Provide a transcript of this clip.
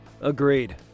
Agreed